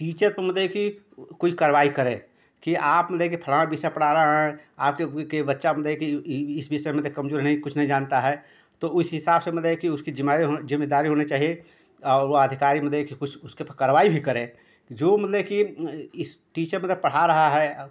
teacher को मतलब कि कोई कार्यवाई करे कि आप मतलब कि फलाना विषय पढ़ा रहे हैं आपके कि बच्चा मतलब कि इस विषय में तो कमजोर नही कुछ नही जानता है तो उस हिसाब से मतलब कि उसकी जिम्माई हो जिम्मेदारी होनी चाहिए और वह अधिकारी मतलब कि कुछ उसके पर कार्यवाई भी करे कि जो मतलब कि इस टीचर मतलब पढ़ा रहा है अब